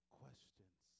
questions